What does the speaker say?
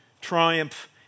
triumph